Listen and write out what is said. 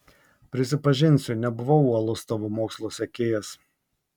prisipažinsiu nebuvau uolus tavo mokslo sekėjas